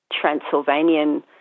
Transylvanian